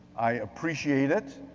i appreciate it.